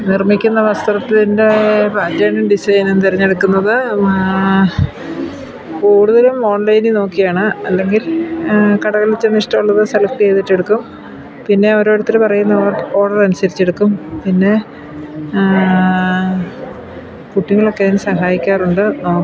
നിർമ്മിക്കുന്ന വസ്ത്രത്തിൻറ്റെ പാറ്റേണും ഡിസൈനും തിരഞ്ഞെടുക്കുന്നത് കൂടുതലും ഓൺലൈനിൽ നോക്കിയാണ് അല്ലെങ്കിൽ കടകളിൽ ചെന്നിഷ്ടമുള്ളത് സെലക്റ്റ് ചെയ്തിട്ടെടുക്കും പിന്നെ ഓരോരുത്തർ പറയുന്ന ഓഡർ അനുസരിച്ചെടുക്കും പിന്നെ കുട്ടികളൊക്കെ അതിനു സഹായിക്കാറുണ്ട്